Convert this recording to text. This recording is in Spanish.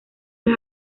las